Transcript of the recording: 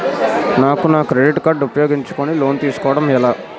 నాకు నా credit card ఉపయోగించుకుని లోన్ తిస్కోడం ఎలా?